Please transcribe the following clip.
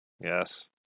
Yes